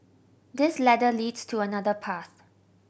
this ladder leads to another path